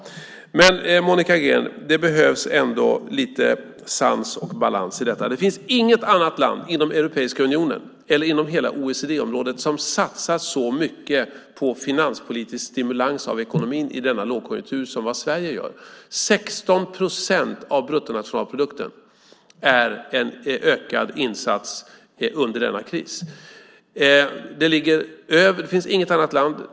Men, Monica Green, det behövs ändå lite sans och balans i detta. Det finns inget annat land inom Europeiska unionen eller inom hela OECD-området som satsar så mycket på finanspolitisk stimulans av ekonomin i denna lågkonjunktur som Sverige gör. 16 procent av bruttonationalprodukten är en ökad insats under denna kris. Det finns inget annat land.